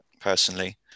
personally